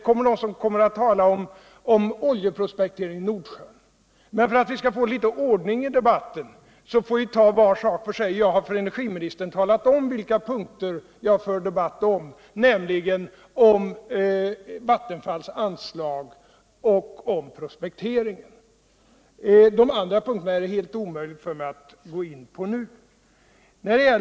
andra kommer att tala om oljeprospekteringen i Nordsjön. För att vi skall få litet ordning i debauen bör vi ta var sak för sig. Jag har för energiministern talat om på vilka punkter jag för debatt. nämligen Vattenfalls anslag och prospekteringen. Det är hel omöjligt för mig alt nu gå in på de andra punkterna.